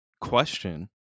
question